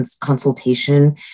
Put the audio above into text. consultation